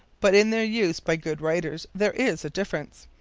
but in their use by good writers there is a difference.